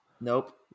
nope